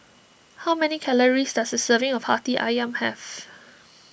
how many calories does a serving of Hati Ayam have